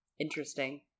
interesting